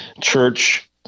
church